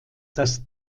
das